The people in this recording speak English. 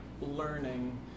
learning